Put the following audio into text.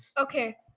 Okay